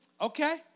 Okay